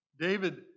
David